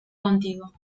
contigo